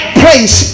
place